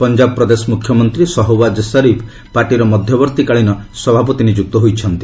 ପଞ୍ଜାବ ପ୍ରଦେଶ ମୁଖ୍ୟମନ୍ତ୍ରୀ ସହୱାକ୍ ସରିଫ୍ ପାର୍ଟୀର ମଧ୍ୟବର୍ତ୍ତୀକାଳୀନ ସଭାପତି ନିଯୁକ୍ତ ହୋଇଛନ୍ତି